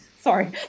sorry